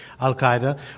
al-Qaeda